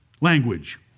language